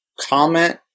comment